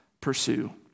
pursue